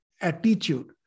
attitude